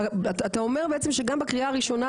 אתה אומר בעצם שגם בקריאה הראשונה,